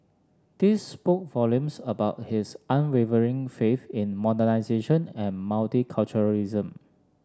this spoke volumes about his unwavering faith in modernisation and multiculturalism